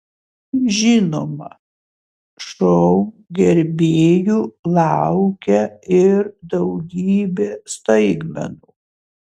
žinoma šou gerbėjų laukia ir daugybė staigmenų